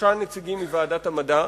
ושלושה נציגים מוועדת המדע.